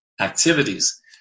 activities